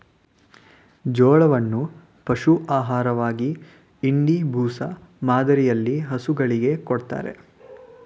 ಜೋಳವನ್ನು ಪಶು ಆಹಾರವಾಗಿ ಇಂಡಿ, ಬೂಸ ಮಾದರಿಯಲ್ಲಿ ಹಸುಗಳಿಗೆ ಕೊಡತ್ತರೆ